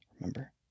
remember